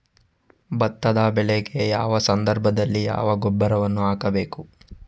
ಭತ್ತದ ಬೆಳೆಗೆ ಯಾವ ಸಂದರ್ಭದಲ್ಲಿ ಯಾವ ಗೊಬ್ಬರವನ್ನು ಹಾಕಬೇಕು?